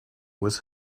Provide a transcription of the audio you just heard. was